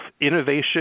innovation